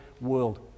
world